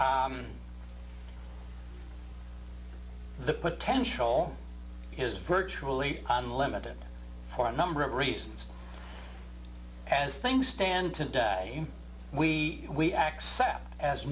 l the potential is virtually unlimited for a number of reasons as things stand today we we accept as